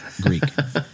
Greek